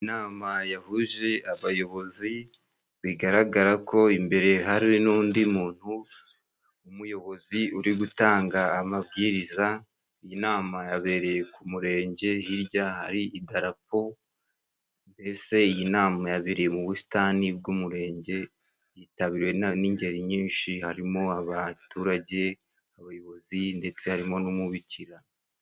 Inama yahuje abayobozi bigaragara ko imbere hari n'undi muntu w'umuyobozi uri gutanga amabwiriza. Iyi nama yabereye ku murenge hirya hari idarapo, mbese iyi nama yabereye mu busitani bw'umurenge yitabiriwe n'ingeri nyinshi, harimo abaturage, abayobozi ndetse harimo n'umubikira.